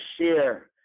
share